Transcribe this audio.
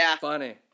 funny